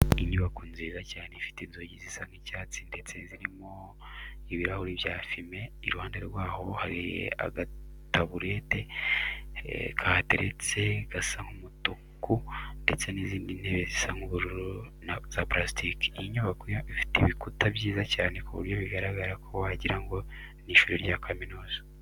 Inyubako nziza cyane ifite inzugi zisa nk'icyatsi ndetse zirimo ibirahuri byiza bya fime, iruhande rwaho hari agataburete kahateretse gasa nk'umutuku ndetse n'izindi ntebe zisa nk'ubururu za parasitike. Iyi nyubako ifite ibikuta byiza cyane ku buryo bigaragara ko wagira ngo ni ishuri rya kaminuza.